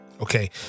Okay